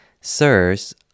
Sirs